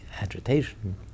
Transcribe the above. agitation